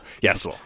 Yes